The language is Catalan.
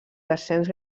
descens